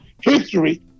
history